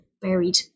buried